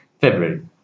February